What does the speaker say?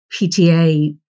PTA